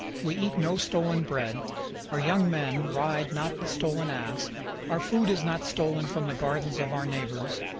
we eat no stolen bread our young men ride not the stolen ass our food is not stolen from the gardens of our neighbors.